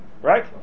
right